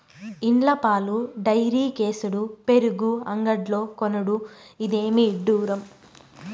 ఇండ్ల పాలు డైరీకేసుడు పెరుగు అంగడ్లో కొనుడు, ఇదేమి ఇడ్డూరం